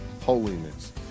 holiness